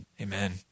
Amen